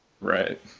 Right